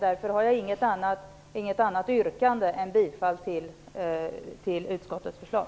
Därför har jag inget annat yrkande än bifall till utskottets förslag.